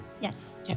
Yes